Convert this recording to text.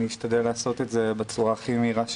אשתדל לעשות את זה בצורה הכי מהירה שיש.